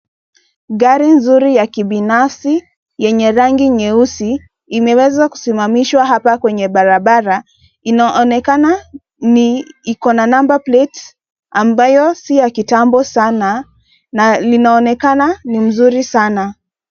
Gari nzuri ya kibinafsi yenye rangi nyeusi imeweza kusimamishwa hapa kwenye barabara. Inaonekana ni iko na number plate ambayo si ya kitambo sana na linaonekana ni mzuri sana.